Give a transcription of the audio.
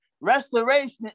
Restoration